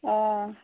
ꯑꯣ